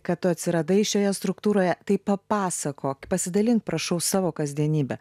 kad tu atsiradai šioje struktūroje tai papasakok pasidalink prašau savo kasdienybe